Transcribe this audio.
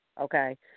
okay